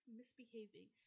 misbehaving